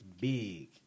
big